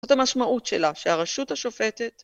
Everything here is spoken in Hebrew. זאת המשמעות שלה שהרשות השופטת